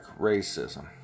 racism